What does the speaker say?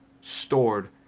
stored